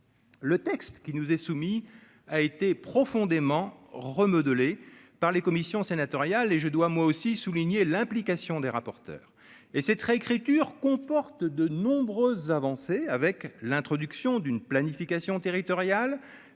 le texte qui nous est soumis, a été profondément remodelé par les commissions sénatoriales et je dois moi aussi souligner l'implication des rapporteurs et cette réécriture comporte de nombreuses avancées avec l'introduction d'une planification territoriale,